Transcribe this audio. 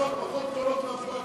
ההצבעה